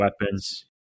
weapons